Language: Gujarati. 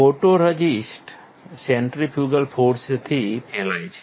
ફોટોરઝિસ્ટ સેન્ટ્રીફ્યુગલ ફોર્સથી ફેલાય છે